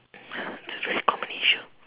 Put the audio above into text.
that's a very common issue